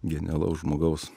genialaus žmogaus